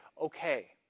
okay